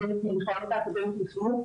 כלום.